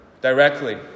directly